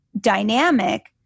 dynamic